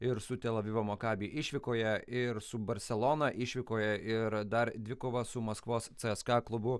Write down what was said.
ir su tel avivo maccabi išvykoje ir su barselona išvykoje ir dar dvikova su maskvos cska klubu